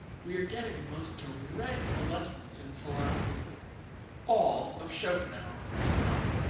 we are getting the most dreadful lessons in philosophy all of schopenhauer for tomorrow.